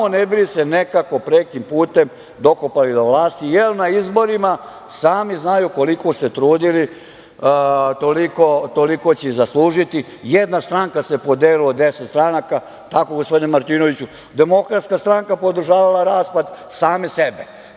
ne bi li se nekako, prekim putem, dokopali vlasti, jer na izborima sami znaju koliko se trudili toliko će i zaslužiti. Jedna stranka se podelila u 10 stranaka,. Tako, gospodine Martinoviću, Demokratska stranka je podržavala raspad same sebe.